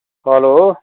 hello